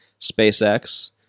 SpaceX